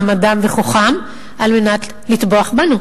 מעמדם וכוחם על מנת לטבוח בנו.